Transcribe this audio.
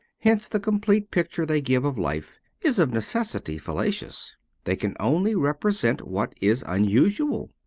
hence the complete picture they give of life is of necessity fallacious they can only represent what is unusual.